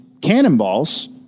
cannonballs